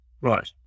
Right